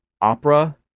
opera